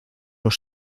los